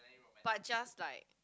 but just like